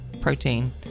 protein